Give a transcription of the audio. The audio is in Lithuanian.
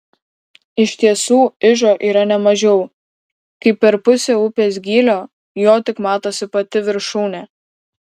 iš tiesų ižo yra ne mažiau kaip per pusę upės gylio jo tik matosi pati viršūnė